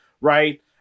Right